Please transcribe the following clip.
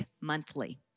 monthly